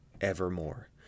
evermore